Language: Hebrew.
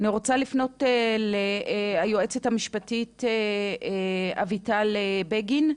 אני רוצה לפנות ליועצת המשפטית אביטל בגין,